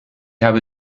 habe